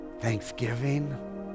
Thanksgiving